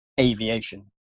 aviation